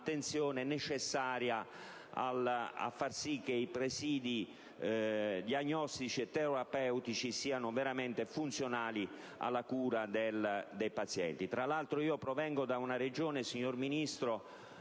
quell'attenzione necessaria a far sì che i presidi diagnostici e terapeutici siano veramente funzionali alla cura dei pazienti. Tra l'altro, poiché provengo dalla Regione Abruzzo,